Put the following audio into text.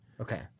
Okay